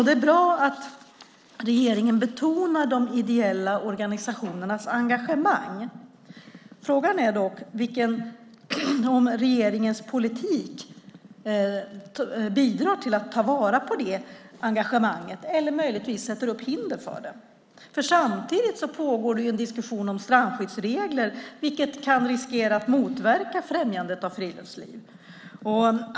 Det är bra att regeringen betonar de ideella organisationernas engagemang. Frågan är dock om regeringens politik bidrar till att ta vara på det engagemanget eller möjligtvis sätter upp hinder för det. Samtidigt pågår en diskussion om strandskyddsregler, vilket kan riskera att motverka främjandet av friluftsliv.